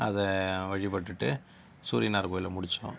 அதை வழிபட்டுவிட்டு சூரியனார் கோவில முடித்தோம்